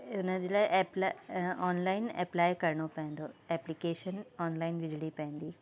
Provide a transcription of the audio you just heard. उन जे लाइ ऐप्लाए ऑनलाइन एप्लाए करिणो पवंदो एप्लीकेशन ऑनलाइन विझिणी पवंदी